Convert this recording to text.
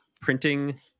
printing